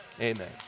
Amen